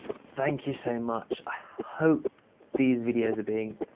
thank you so much. i hope these videos are being